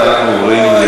אנחנו עוברים,